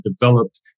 developed